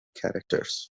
characters